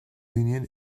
union